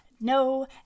No